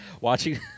Watching